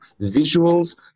visuals